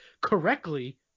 correctly